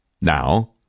now